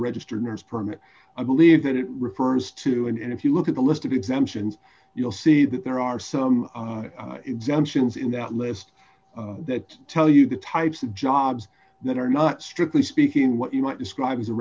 a registered nurse permit i believe that it refers to and if you look at the list of exemptions you'll see that there are some exemptions in that list that tell you the types of jobs that are not strictly speaking what you might describe a